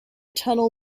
tunnel